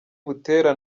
butera